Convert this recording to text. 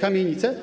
kamienice.